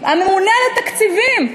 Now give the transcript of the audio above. הממונה על התקציבים,